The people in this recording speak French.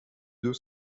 deux